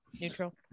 neutral